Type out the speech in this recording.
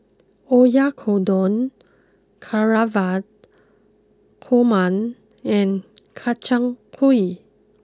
Oyakodon Navratan Korma and Kchang Gui